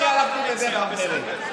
אני הלכתי בדרך אחרת.